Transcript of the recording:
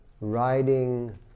riding